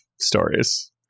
stories